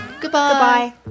Goodbye